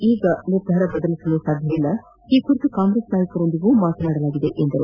ಈಗ ನಿರ್ಧಾರ ಬದಲಿಸಲು ಸಾಧ್ಯವಿಲ್ಲ ಈ ಕುರಿತು ಕಾಂಗ್ರೆಸ್ ನಾಯಕರ ಜತೆಯೂ ಮಾತನಾಡಲಾಗಿದೆ ಎಂದರು